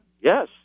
Yes